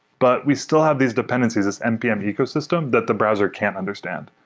but we still have these dependencies as mpm ecosystem that the browser can't understand.